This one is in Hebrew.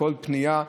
לכל פנייה,